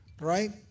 right